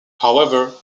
however